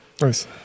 Nice